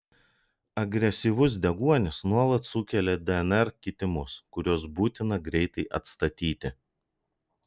agresyvus deguonis nuolat sukelia dnr kitimus kuriuos būtina greitai atstatyti